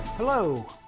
Hello